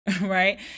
right